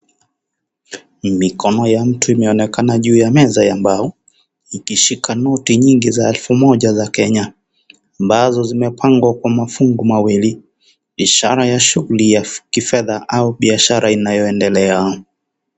Mikono ya mtu imeonekana juu ya meza ya mbao, ikishika noti nyingi za elfu moja za Kenya ambazo zimepangwa kwa mafungo mawili, ishara ya shughuli ya kifedha au biashara inayoendelea.